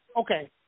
Okay